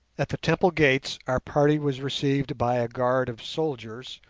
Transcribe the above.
at the temple gates our party was received by a guard of soldiers,